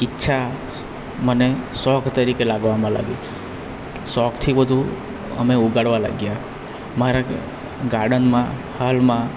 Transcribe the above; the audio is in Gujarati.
ઈચ્છા મને શોખ તરીકે લાગવામાં લાગ્યો શોખથી બધું અમે ઉગાડવા લાગ્યાં મારા ગાર્ડનમાં હાલમાં